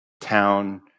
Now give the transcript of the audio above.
town